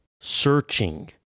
searching